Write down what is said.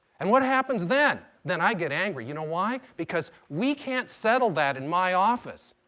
and what happens then? then i get angry. you know why? because we can't settle that in my office.